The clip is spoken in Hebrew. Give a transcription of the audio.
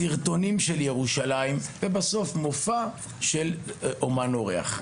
סרטונים של ירושלים ולסיום מופע של אמן אורח.